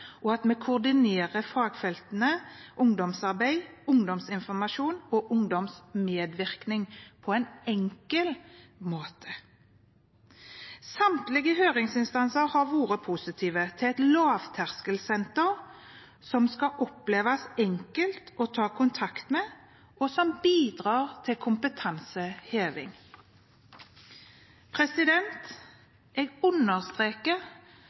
og koordinerer fagfeltene ungdomsarbeid, ungdomsinformasjon og ungdomsmedvirkning på en enkel måte. Samtlige høringsinstanser har vært positive til et lavterskelsenter som skal oppleves enkelt å ta kontakt med, og som bidrar til kompetanseheving. Jeg understreker